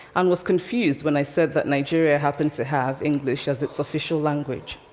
and was confused when i said that nigeria happened to have english as its official language.